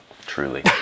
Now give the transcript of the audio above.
Truly